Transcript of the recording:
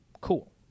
cool